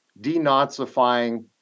denazifying